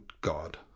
God